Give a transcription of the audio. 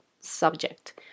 subject